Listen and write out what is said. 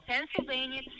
Pennsylvania